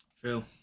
True